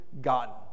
gotten